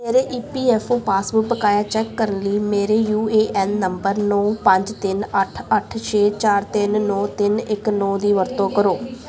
ਮੇਰੇ E P F O passbook ਬਕਾਇਆ check ਕਰਨ ਲਈ ਮੇਰੇ ਯੂ ਏ ਐੱਨ ਨੰਬਰ ਨੋ ਪੰਜ ਤਿੰਨ ਅੱਠ ਅੱਠ ਛੇੇ ਚਾਰ ਤਿੰਨ ਨੋ ਤਿੰਨ ਇੱਕ ਨੋ ਦੀ ਵਰਤੋਂ ਕਰੋ